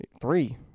Three